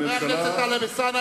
חבר הכנסת טלב אלסאנע,